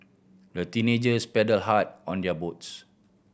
the teenagers paddled hard on their boats